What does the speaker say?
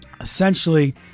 essentially